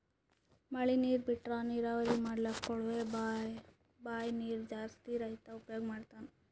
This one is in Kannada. ಮಳಿ ನೀರ್ ಬಿಟ್ರಾ ನೀರಾವರಿ ಮಾಡ್ಲಕ್ಕ್ ಕೊಳವೆ ಬಾಂಯ್ ನೀರ್ ಜಾಸ್ತಿ ರೈತಾ ಉಪಯೋಗ್ ಮಾಡ್ತಾನಾ